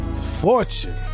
Fortune